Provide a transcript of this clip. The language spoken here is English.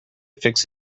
fix